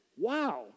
wow